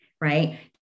right